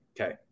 Okay